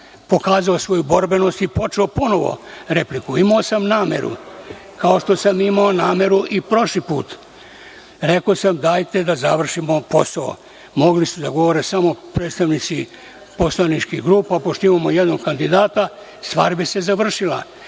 pokazao svoju borbenost i počeo ponovo repliku. Imao sam nameru, kao što sam imao nameru i prošli put, rekao sam, dajte da završimo posao. Mogli su da govore samo predstavnici poslaničkih grupa, pošto imamo jednog kandidata i stvar bi se završila,